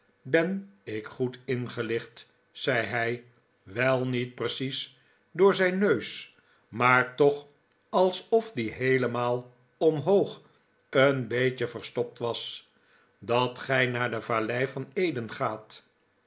ben ik goed ingelicht zei hij wel niet precies door zijn neus maar toch alsof die heelemaal omhoog een beetje verstopt was dat gij naar de vallei van eden gaat